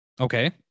Okay